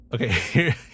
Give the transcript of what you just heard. okay